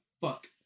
fuck